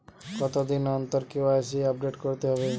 কতদিন অন্তর KYC update করতে হবে?